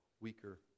weaker